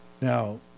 now